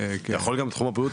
אתה יכול גם בתחום הבריאות,